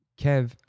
Kev